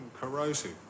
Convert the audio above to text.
corrosive